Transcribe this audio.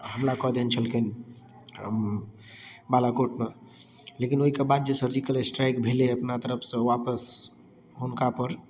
हमला कऽ देने छलखिन बालाकोटपर लेकिन ओइके बाद जे सर्जिकल स्ट्राइक भेलै अपना तरफसऽ वापस हुनकापर